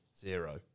zero